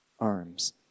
arms